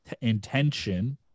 intention